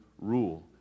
rule